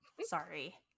sorry